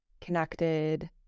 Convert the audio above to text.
connected